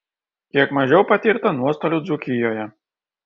kiek mažiau patirta nuostolių dzūkijoje